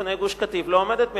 במפוני גוש-קטיף לא עומדת מאחוריהם.